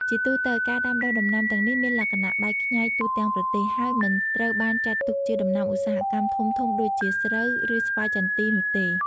ជាទូទៅ ការដាំដុះដំណាំទាំងនេះមានលក្ខណៈបែកខ្ញែកទូទាំងប្រទេស ហើយមិនត្រូវបានចាត់ទុកជាដំណាំឧស្សាហកម្មធំៗដូចជាស្រូវ ឬស្វាយចន្ទីនោះទេ។